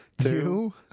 two